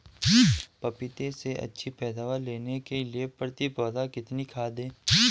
पपीते से अच्छी पैदावार लेने के लिए प्रति पौधा कितनी खाद दें?